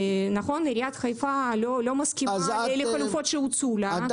נכון שעיריית חיפה לא מסכימה לחלופות שהוצאו לה --- את